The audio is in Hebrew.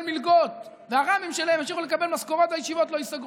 מלגות והר"מים שלהם ימשיכו לקבל משכורות והישיבות לא ייסגרו.